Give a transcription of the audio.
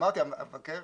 אמרתי, המבקר,